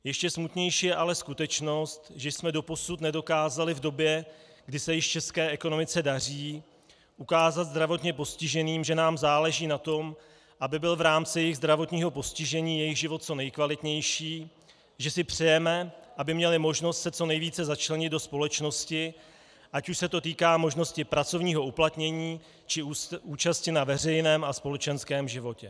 Ještě smutnější je ale skutečnost, že jsme doposud nedokázali v době, kdy se již české ekonomice daří, ukázat zdravotně postiženým, že nám záleží na tom, aby byl v rámci jejich zdravotního postižení jejich život co nejkvalitnější, že si přejeme, aby měli možnost se co nejvíce začlenit do společnosti, ať už se to týká možnosti pracovního uplatnění, či účasti na veřejném a společenském životě.